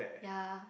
yeah